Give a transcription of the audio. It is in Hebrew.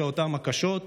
בשעותיהן הקשות,